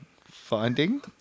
finding